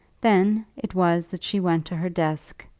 then it was that she went to her desk,